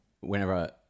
whenever